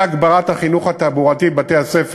וכן הגברת החינוך התעבורתי בבתי-הספר,